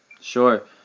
Sure